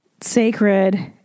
sacred